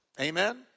Amen